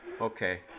Okay